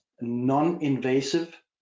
non-invasive